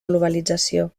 globalització